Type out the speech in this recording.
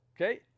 Okay